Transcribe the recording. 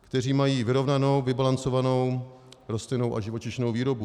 Kteří mají vyrovnanou, vybalancovanou rostlinnou a živočišnou výrobu.